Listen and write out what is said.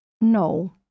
No